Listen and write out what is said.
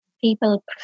People